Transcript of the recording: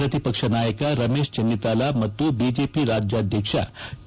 ಪ್ರತಿಪಕ್ಷ ನಾಯಕ ರಮೇಶ್ ಚೆನ್ನಿತಾಲ ಮತ್ತು ಐಜೆಪಿ ರಾಜ್ಯಾಧ್ವಕ್ಷ ಕೆ